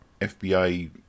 FBI